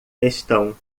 estão